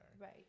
Right